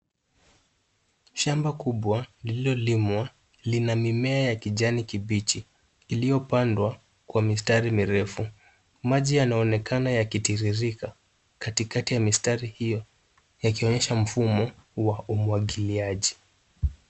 Shamba kubwa lililolimwa lina mimea ya kijani kibichi iliyopandwa kwa mistari mirefu. Maji yanaonekana yakitiririka katikati ya mistari hiyo, yakionyesha mfumo wa umwagiliaji.